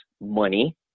money